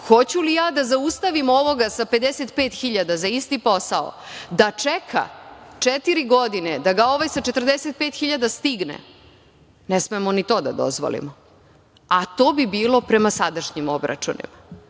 hoću li ja da zaustavim ovoga sa 55 hiljada za isti posao da čeka četiri godine da ga ovaj sa 45 hiljada stigne, ne smemo ni to da dozvolimo, a to bi bilo prema sadašnjim obračunima. Mi